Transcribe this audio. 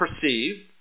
perceive